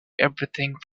everything